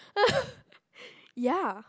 yeah